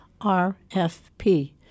RFP